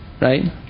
right